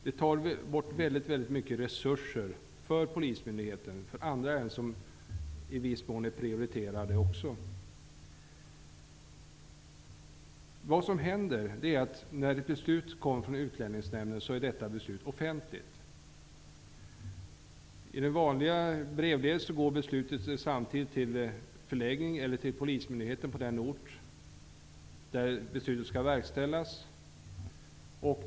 Det tar bort väldigt mycket resurser för polismyndigheten från andra ärenden, som också i viss mån är prioriterade. När ett beslut kommer från Utlänningsnämnden är det beslutet offentligt. Brevledes går beslutet samtidigt till förläggningen och till polismyndigheten på den ort där beslutet skall verkställas.